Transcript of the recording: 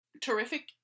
terrific